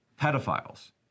Pedophiles